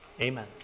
Amen